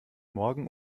morgen